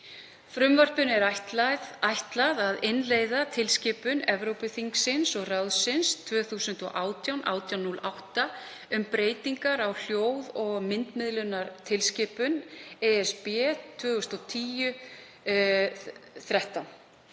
Frumvarpinu er ætlað að innleiða tilskipun Evrópuþingsins og ráðsins 2018/1808, um breytingar á hljóð- og myndmiðlunartilskipun ESB 2010/13.